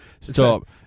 Stop